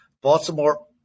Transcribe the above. Baltimore